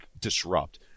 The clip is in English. disrupt